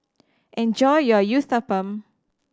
enjoy your Uthapam